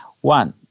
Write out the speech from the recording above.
One